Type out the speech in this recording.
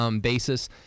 basis